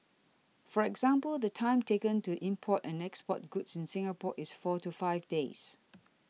for example the time taken to import and export goods in Singapore is four to five days